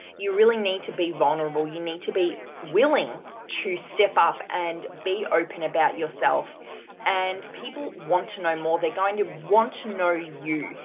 you really need to be vulnerable. you need to be willing to step up and be open about yourself and people want to know more. they are going to want to know you.